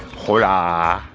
hola!